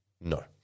no